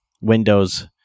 Windows